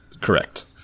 correct